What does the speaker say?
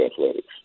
athletics